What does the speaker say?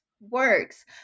works